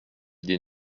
des